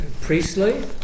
Priestley